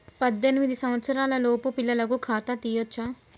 పద్దెనిమిది సంవత్సరాలలోపు పిల్లలకు ఖాతా తీయచ్చా?